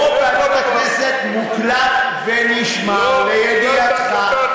מוקלט ונשמר, לידיעתך.